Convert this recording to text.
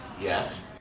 Yes